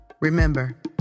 Remember